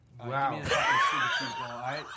Wow